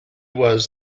was